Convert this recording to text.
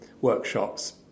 workshops